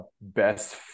best